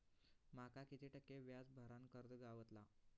माका किती टक्के व्याज दरान कर्ज गावतला?